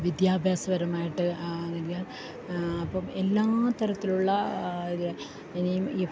വിദ്യാഭ്യാസപരമായിട്ട് അല്ലെങ്കിൽ അപ്പോള് എല്ലാ തരത്തിലുള്ള ഇത് ഇനിയും ഈ